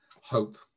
hope